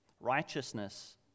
Righteousness